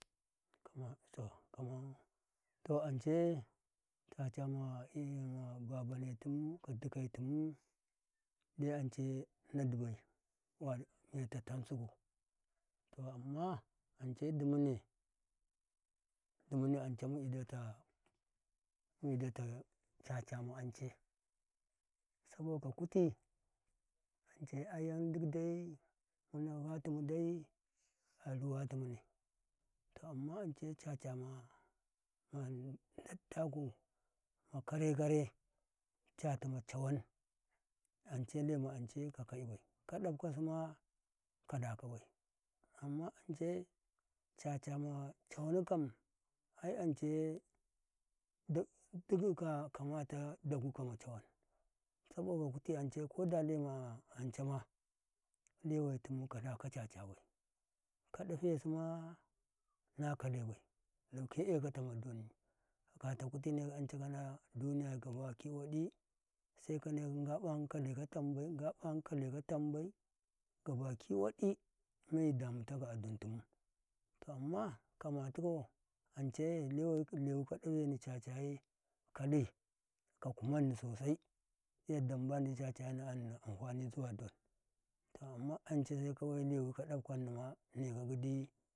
Kaman to kuma to, ance caca ma babane tumka dike ca ma ance na dibai me tatan suku, to amma "dumune-dumune" ance mu idata cece. Amma ance saboka kuti ance le ayam dik dai manufa tum dai karu wutumne. To amma caca ma datta ku ma kare kare cata macawam ance lemma ance ka kai bai, kaɗafka suma kala kabai amma ance caca ma cawan kam ai ance dik ka kamata dagu ka ma cawan saboka kuti ance koda lewema ancama. Lewetum kala caca bai, kaɗefe suma na kalai bai lauke eka tamma donni aka kutine anca kana duniyay gabaki waɗi sai kane Ngaɓam kaletambai, Ngabam kaleka tambai, wadi meyi damtaka a domtumu, to amma kamatukau ance lewe-lewi kaɗafemii cacaye kalika kumani sosai yadda mbandi cacayi na yani amfani zuwa don to amma anca sai kawai lewi ka dafkani ma nake giddi.